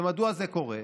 ומדוע זה קורה?